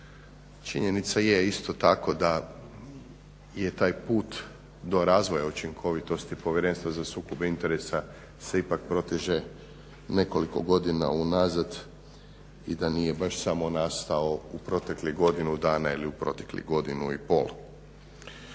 Činjenica je isto tako da je taj put do razvoja učinkovitosti Povjerenstva za sukob interesa se ipak proteže nekoliko godina unazad i da nije baš samo nastao u proteklih godinu dana ili u proteklih godinu i pol.